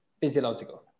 physiological